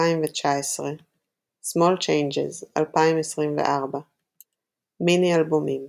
Small Changes - 2024 מיני אלבומים